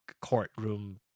Courtroom